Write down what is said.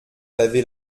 pavé